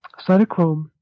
cytochrome